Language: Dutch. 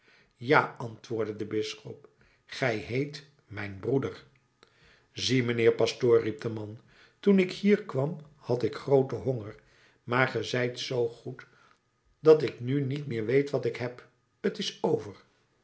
ja antwoordde de bisschop gij heet mijn broeder zie mijnheer de pastoor riep de man toen ik hier kwam had ik grooten honger maar ge zijt zoo goed dat ik nu niet meer weet wat ik heb t is over